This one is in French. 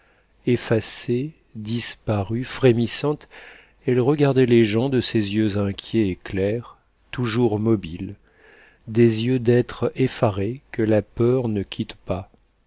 effacée disparue frémissante elle regardait les gens de ses yeux inquiets et clairs toujours mobiles des yeux d'être effaré que la peur ne quitte pas